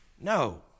No